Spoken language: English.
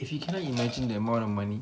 if you cannot imagine that amount of money